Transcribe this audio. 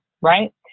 right